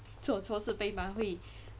做错事被骂会